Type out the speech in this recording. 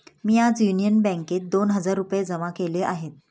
मी आज युनियन बँकेत दोन हजार रुपये जमा केले आहेत